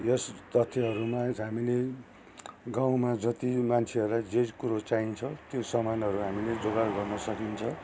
यस तथ्यहरूमा हामीले गाउँमा जति मान्छेहरूलाई जे कुरो चाहिन्छ त्यो सामानहरू हामीले जोगाड गर्न सकिन्छ